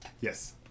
Yes